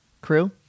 crew